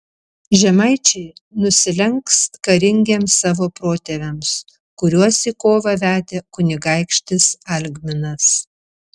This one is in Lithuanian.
žemaičiai nusilenks karingiems savo protėviams kuriuos į kovą vedė kunigaikštis algminas